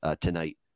tonight